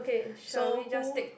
so who